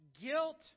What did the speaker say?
guilt